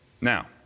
Now